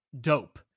dope